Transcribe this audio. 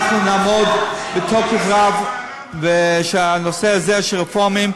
שאנחנו נעמוד בתוקף רב שהנושא הזה של רפורמים,